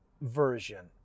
version